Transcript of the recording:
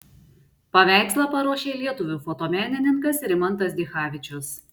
paveikslą paruošė lietuvių fotomenininkas rimantas dichavičius